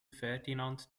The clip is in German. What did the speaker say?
ferdinand